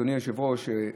אדוני היושב-ראש,